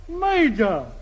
Major